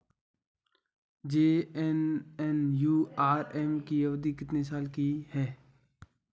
JNNURM की अवधि कितने साल की है?